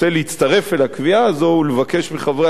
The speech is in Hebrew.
רוצה להצטרף אל הקביעה הזו ולבקש מחברי